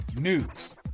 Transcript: News